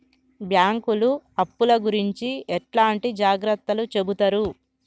బ్యాంకులు అప్పుల గురించి ఎట్లాంటి జాగ్రత్తలు చెబుతరు?